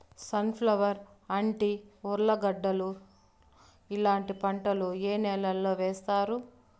Sun flower, అంటి, ఉర్లగడ్డలు ఇలాంటి పంటలు ఏ నెలలో వేస్తారు?